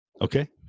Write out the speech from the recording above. okay